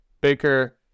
Baker